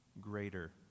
greater